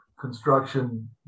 construction